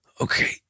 okay